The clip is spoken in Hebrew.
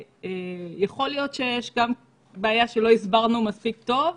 יכול להיות שיש גם בעיה שלא הסברנו מספיק טוב,